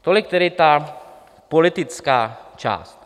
Tolik tedy ta politická část.